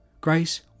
Grace